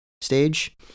stage